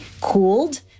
cooled